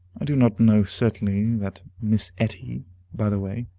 i do not know certainly that miss etty by the way,